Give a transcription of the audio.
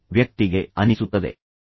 ಹಾಗಾಗಿ ಸ್ಪೀಕರ್ ವಿಷಾದ ಭಾವದಿಂದ ಹೋಗಬಾರದು